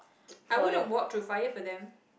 I would have walked through fire for them